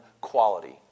quality